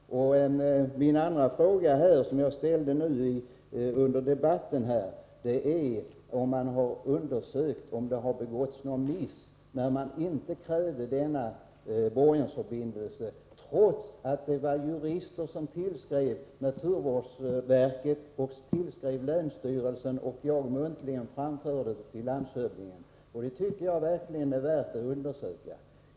Min andra fråga, som jag har ställt under debatten här, är om man har undersökt om det har begåtts något misstag när man inte krävde denna borgensförbindelse trots att det var jurister som tillskrev naturvårdsverket och länsstyrelsen och jag muntligen framförde detta till landshövdingen. Det tycker jag verkligen är värt att undersöka.